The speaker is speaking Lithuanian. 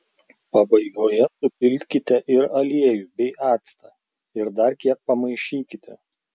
pabaigoje supilkite ir aliejų bei actą ir dar kiek pamaišykite